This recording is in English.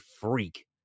freak